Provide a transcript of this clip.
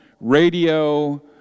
Radio